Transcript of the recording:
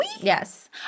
Yes